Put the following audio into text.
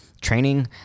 training